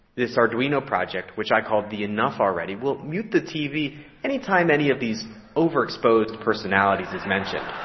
this arduino project, which i call the enough already, will mute the tv anytime any of these over-exposed personalities is mentioned.